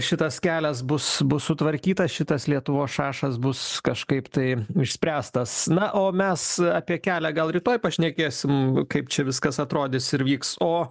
šitas kelias bus bus sutvarkytas šitas lietuvos šašas bus kažkaip tai išspręstas na o mes apie kelią gal rytoj pašnekėsim kaip čia viskas atrodys ir vyks o